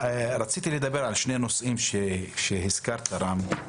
רציתי לדבר על שני נושאים שהזכרת, רם.